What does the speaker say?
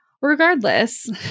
Regardless